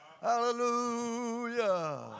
Hallelujah